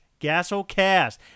Gasolcast